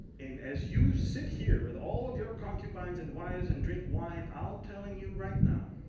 and as you sit here with all of your concubines and wives and drink wine, i am telling you, right now.